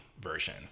version